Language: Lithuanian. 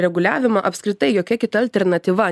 reguliavimą apskritai jokia kita alternatyva